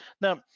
Now